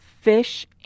fish